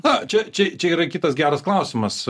na čia čia čia yra kitas geras klausimas